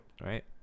Right